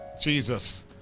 Jesus